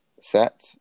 set